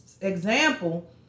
example